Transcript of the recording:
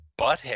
butthead